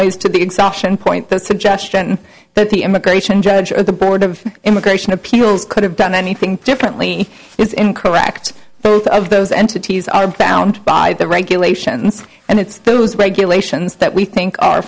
ways to the exhaustion point the suggestion that the immigration judge or the board of immigration appeals could have done anything differently is incorrect both of those entities are bound by the regulations and it's those regulations that we think are